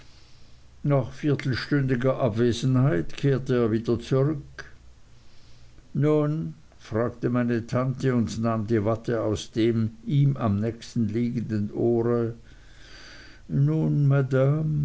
nach viertelstündiger abwesenheit kehrte er wieder zurück nun fragte meine tante und nahm die watte aus dem ihm am nächsten liegenden ohre nun